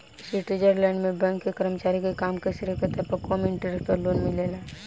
Switzerland में bank के कर्मचारी के काम के श्रेय के तौर पर कम इंटरेस्ट पर लोन मिलेला का?